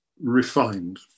refined